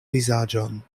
vizaĝon